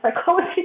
psychology